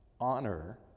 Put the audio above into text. honor